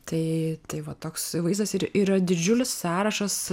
tai tai va toks vaizdas ir yra didžiulis sąrašas